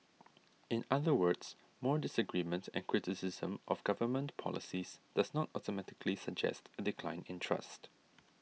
in other words more disagreement and criticism of government policies does not automatically suggest a decline in trust